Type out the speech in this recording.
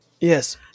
Yes